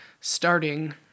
starting